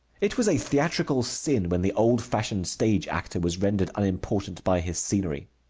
it was a theatrical sin when the old-fashioned stage actor was rendered unimportant by his scenery.